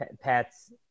Pat's